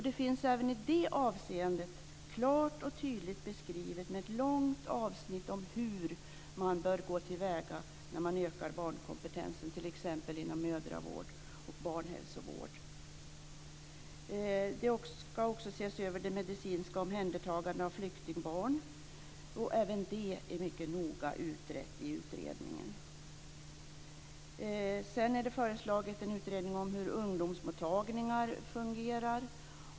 Det finns även i det avseendet klart och tydligt beskrivet, med ett långt avsnitt, hur man bör gå till väga när man ökar barnkompetensen inom t.ex. mödravård och barnhälsovård. Också det medicinska omhändertagandet av flyktingbarn ska ses över. Även det är mycket noga utrett i utredningen. Det är föreslaget en utredning om hur ungdomsmottagningar fungerar.